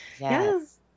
Yes